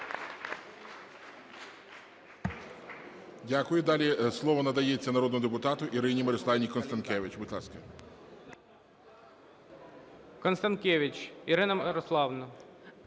Дякую. Далі слово надається народному депутату Ірині Мирославівні Констанкевич.